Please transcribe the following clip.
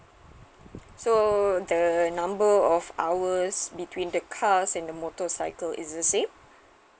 so the number of hours between the cars and the motorcycle is the same